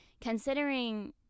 considering